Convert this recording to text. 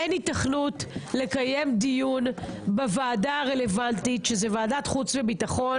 אין היתכנות לקיים דיון בוועדה הרלוונטית שזו ועדת החוץ והביטחון